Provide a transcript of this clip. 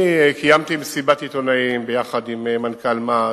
קיימתי מסיבת עיתונאים ביחד עם מנכ"ל מע"צ,